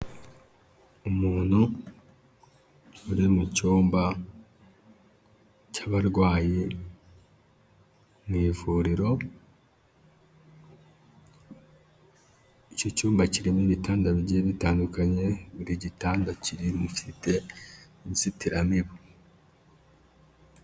Umuntu uri mu cyumba cy'abarwayi mu ivuriro, icyo cyumba kirimo ibitanda bigiye bitandukanye, buri gitanda gifite inzitiramibu.